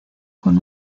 con